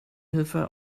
hilfe